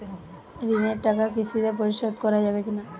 ঋণের টাকা কিস্তিতে পরিশোধ করা যাবে কি না?